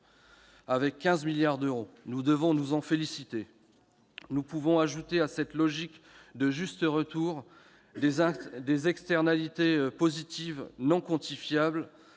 avec 15 milliards d'euros. Nous devons nous en féliciter. Nous pouvons ajouter à cette logique de « juste retour » des externalités positives non quantifiables,